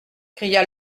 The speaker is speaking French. cria